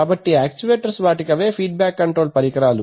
కాబట్టి యాక్చువేటర్స్ వాటికవే feedback control పరికరాలు